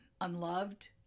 unloved